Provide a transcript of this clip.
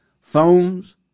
Phones